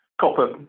copper